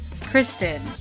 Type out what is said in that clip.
Kristen